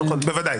נכון, בוודאי.